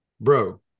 bro